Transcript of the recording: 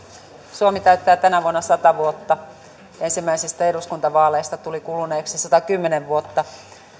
suomi täyttää tänä vuonna sata vuotta ensimmäisistä eduskuntavaaleista tuli kuluneeksi satakymmentä vuotta